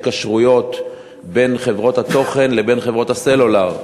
ההתקשרויות בין חברות התוכן לבין חברות הסלולר.